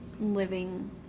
living